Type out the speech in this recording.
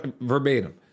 Verbatim